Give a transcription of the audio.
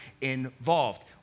involved